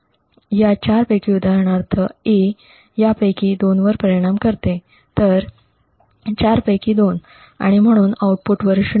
या चार पैकी उदाहरणार्थ 'A' यापैकी दोनवर परिणाम करते तर चार पैकी दोन आणि म्हणून आऊटपुटवर '0